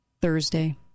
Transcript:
Thursday